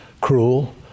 cruel